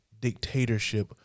dictatorship